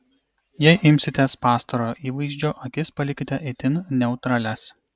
jei imsitės pastarojo įvaizdžio akis palikite itin neutralias